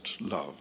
love